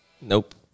nope